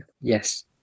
Yes